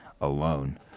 alone